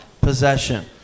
Possession